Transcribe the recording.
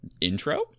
intro